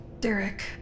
Derek